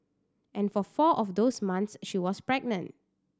and for four of those months she was pregnant